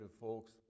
folks